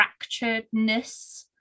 fracturedness